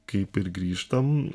kaip ir grįžtam